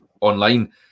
online